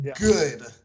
good